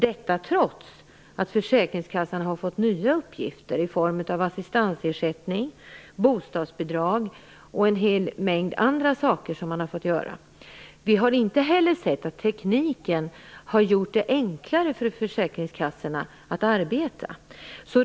Detta trots att Försäkringskassan har fått nya uppgifter i form av assistansersättning, bostadsbidrag och en hel mängd andra saker. Vi har inte heller sett att tekniken har gjort det enklare för försäkringskassorna att arbeta.